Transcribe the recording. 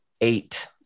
eight